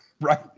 Right